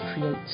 create